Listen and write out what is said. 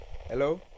Hello